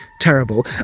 terrible